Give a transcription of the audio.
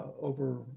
over